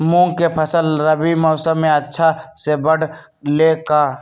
मूंग के फसल रबी मौसम में अच्छा से बढ़ ले का?